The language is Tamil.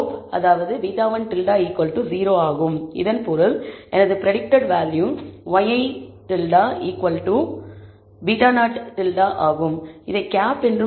எனவே இதன் பொருள் எனது பிரடிக்டட் வேல்யூ ŷi β̂0 ஆகும்